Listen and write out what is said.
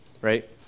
Right